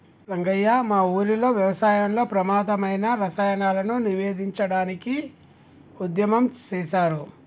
రంగయ్య మా ఊరిలో వ్యవసాయంలో ప్రమాధమైన రసాయనాలను నివేదించడానికి ఉద్యమం సేసారు